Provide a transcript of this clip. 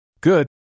Good